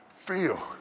Feel